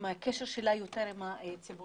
מי שמסתכל על חצי הכוס המלאה מוצא את הדבש.